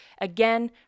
again